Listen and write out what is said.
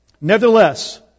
Nevertheless